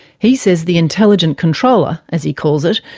he says the intelligent controller, as he calls it,